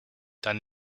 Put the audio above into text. dann